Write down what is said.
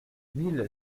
mille